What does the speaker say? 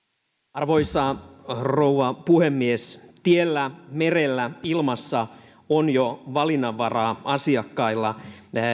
arvoisa rouva puhemies tiellä merellä ilmassa on jo valinnanvaraa asiakkailla